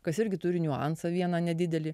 kas irgi turi niuansą vieną nedidelį